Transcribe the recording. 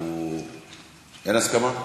אין הסכמה?